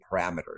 parameters